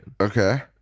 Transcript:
okay